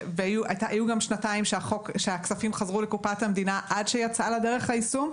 ובמשך שנתיים הכספים חזרו לקופת המדינה עד שיצא לדרך היישום.